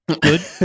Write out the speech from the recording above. Good